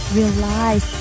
realize